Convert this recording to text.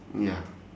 ya